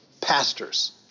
pastors